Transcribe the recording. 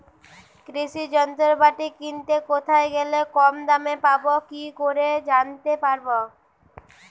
কৃষি যন্ত্রপাতি কিনতে কোথায় গেলে কম দামে পাব কি করে জানতে পারব?